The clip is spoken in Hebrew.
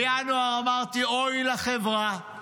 בינואר אמרתי: אוי לחברה,